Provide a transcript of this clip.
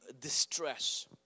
distress